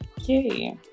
okay